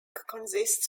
consists